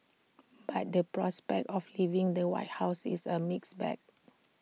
but the prospect of leaving the white house is A mixed bag